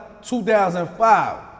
2005